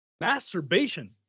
Masturbation